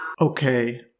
Okay